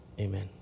Amen